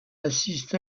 assiste